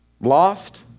lost